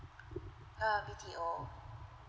uh B_T_O